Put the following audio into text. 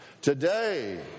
Today